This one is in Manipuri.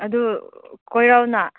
ꯑꯗꯨ ꯀꯣꯏꯔꯛꯎꯅ